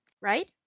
right